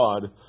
God